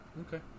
okay